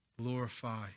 Glorify